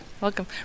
Welcome